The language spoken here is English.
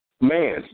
man